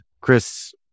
Chris